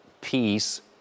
peace